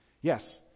Yes